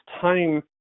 time